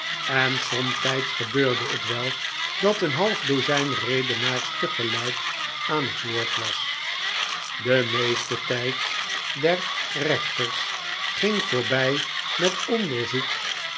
en somtijds gebeurde het het oude prijzen oproer wel dat een half dozijn redenaars tegelijk aan het woord was de meeste tijd der rechters ging voorbij met onderzoek